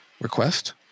request